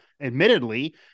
admittedly